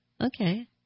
okay